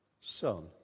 son